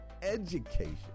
education